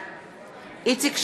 בעד איציק שמולי,